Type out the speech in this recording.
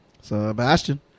sebastian